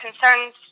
concerns